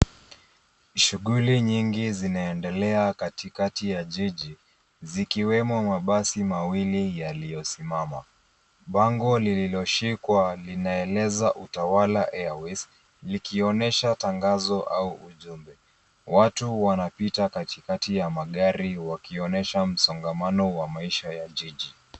Shughuli nyingi zinaendelea katikati ya jiji, zikiwemo mabasi mawili yaliyosimama. Bango lililoshikwa linaeleza Utawala Airways, likionyesha tangazo au ujumbe. Watu wanapita katikati ya magari wakionyesha msongamano wa maisha ya jiji.